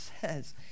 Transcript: says